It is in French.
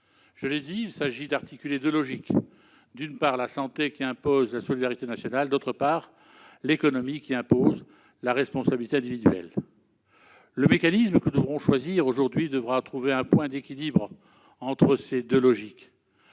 Je l'ai dit, il s'agit d'articuler deux logiques : d'une part, la santé, qui impose la solidarité nationale ; d'autre part, l'économie, qui impose la responsabilité individuelle. Le mécanisme que nous devrons choisir aujourd'hui devra trouver un point d'équilibre entre ces deux logiques.